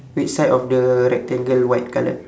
which side of the rectangle white colour